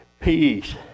peace